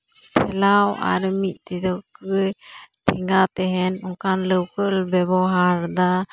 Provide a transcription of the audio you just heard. ᱴᱷᱮᱞᱟᱣ ᱟᱨ ᱢᱤᱫ ᱛᱤ ᱛᱮ ᱴᱷᱮᱸᱜᱟ ᱛᱮᱦᱮᱱ ᱚᱱᱠᱟᱱ ᱞᱟᱹᱣᱠᱟᱹᱢ ᱵᱮᱵᱚᱦᱟᱨᱫᱟ